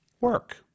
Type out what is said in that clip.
work